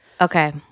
Okay